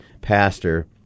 pastor